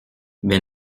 mais